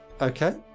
Okay